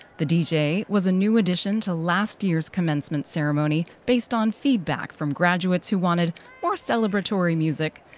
the deejay was a new addition to last year's commencement ceremony based on feedback from graduates who wanted more celebratory music.